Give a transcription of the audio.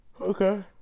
Okay